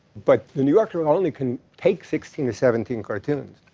but the new yorker and only can take sixteen or seventeen cartoons,